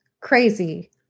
crazy